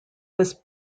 was